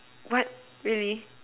what really